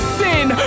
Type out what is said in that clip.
sin